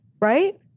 Right